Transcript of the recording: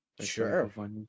Sure